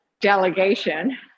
delegation